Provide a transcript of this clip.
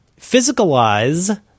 physicalize